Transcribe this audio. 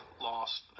Lost